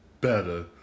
better